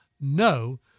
no